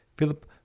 Philip